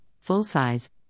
full-size